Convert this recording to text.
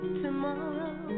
tomorrow